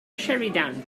sheridan